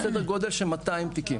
סדר גודל של 200 שנים.